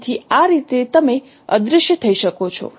તેથી આ રીતે તમે અદૃશ્ય થઈ શકો છો